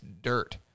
dirt